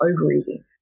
overeating